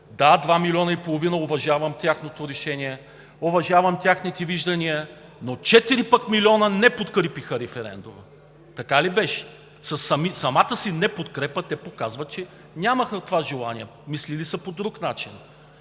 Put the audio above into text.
Да, два милиона и половина – уважавам тяхното решение, уважавам техните виждания, но пък четири милиона не подкрепиха референдума. Така ли беше? Със самата си неподкрепа те показват, че нямаха това желание, мислили са по друг начин.